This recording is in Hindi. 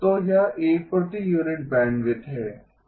तो यह एक प्रति यूनिट बैंडविड्थ है